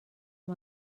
amb